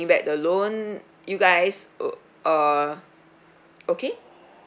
back the loan you guys uh uh okay